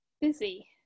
busy